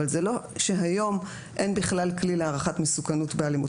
אבל זה לא שהיום אין בכלל כלי להערכת מסוכנות באלימות.